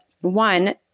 One